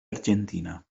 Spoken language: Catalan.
argentina